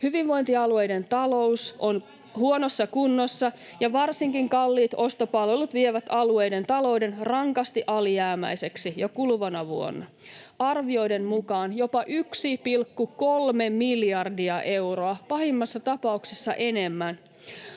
[Annika Saarikon välihuuto] huonossa kunnossa, ja varsinkin kalliit ostopalvelut vievät alueiden talouden rankasti alijäämäiseksi jo kuluvana vuonna, arvioiden mukaan jopa 1,3 miljardia euroa, pahimmassa tapauksessa enemmän.